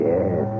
Yes